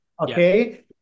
Okay